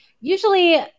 usually